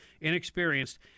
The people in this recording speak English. inexperienced